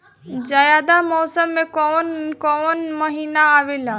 जायद मौसम में कौन कउन कउन महीना आवेला?